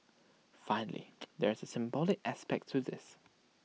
finally there is A symbolic aspect to this